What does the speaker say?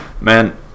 Man